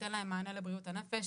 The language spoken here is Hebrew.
שתיתן להם מענה לבריאות הנפש.